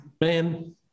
man